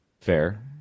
Fair